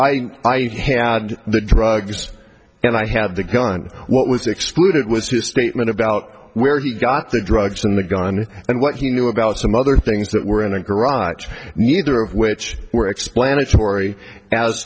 yes i had the drugs and i had the gun what was excluded was his statement about where he got the drugs and the gun and what he knew about some other things that were in a garage neither of which were explanatory